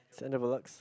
Sandra Bullock